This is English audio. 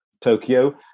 Tokyo